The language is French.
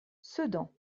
sedan